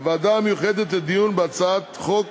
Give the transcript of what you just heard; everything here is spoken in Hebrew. הוועדה המיוחדת לדיון בהצעת חוק